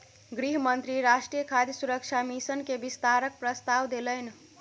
गृह मंत्री राष्ट्रीय खाद्य सुरक्षा मिशन के विस्तारक प्रस्ताव देलैन